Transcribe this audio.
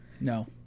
No